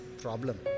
problem